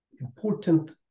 important